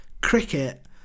cricket